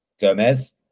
gomez